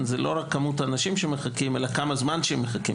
לא רק כמות האנשים שמחכים אלא כמה זמן מחכים.